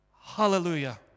Hallelujah